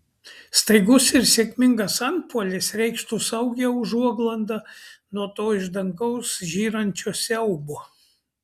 staigus ir sėkmingas antpuolis reikštų saugią užuoglaudą nuo to iš dangaus žyrančio siaubo